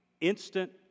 instant